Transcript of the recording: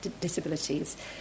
disabilities